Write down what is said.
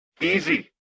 Easy